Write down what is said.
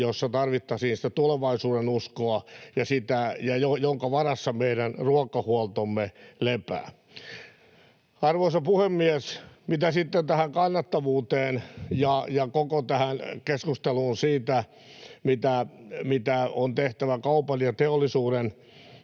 jossa tarvittaisiin sitä tulevaisuudenuskoa ja jonka varassa meidän ruokahuoltomme lepää. Arvoisa puhemies! Mitä tulee sitten tähän kannattavuuteen ja koko tähän keskusteluun siitä, mitä on tehtävä kaupan ja teollisuuden